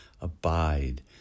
abide